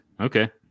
Okay